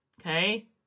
Okay